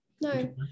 No